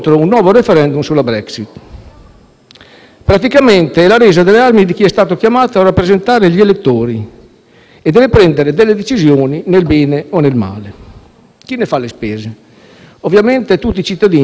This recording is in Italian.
Praticamente è la resa delle armi di chi è stato chiamato a rappresentare gli elettori e deve prendere alcune decisioni, nel bene o nel male. Chi ne fa le spese? Ovviamente, tutti i cittadini, europei e britannici.